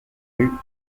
rues